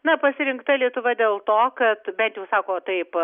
na pasirinkta lietuva dėl to kad bent jau sako taip